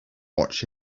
watch